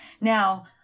Now